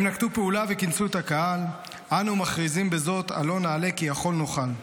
הם נקטו פעולה וכינסו את הקהל: אנו מכריזים בזאת עלה נעלה כי יכול נוכל.